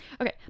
okay